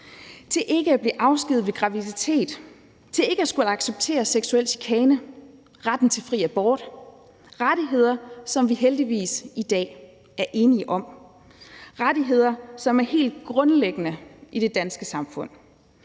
til ikke at blive afskediget ved graviditet og til ikke at skulle acceptere seksuel chikane, retten til fri abort. Det er rettigheder, som vi heldigvis i dag er enige om. Det er rettigheder, som er helt grundlæggende i det danske samfund.